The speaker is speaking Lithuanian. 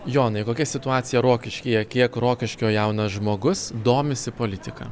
jonai kokia situacija rokiškyje kiek rokiškio jaunas žmogus domisi politika